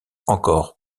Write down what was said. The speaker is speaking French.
encore